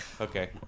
okay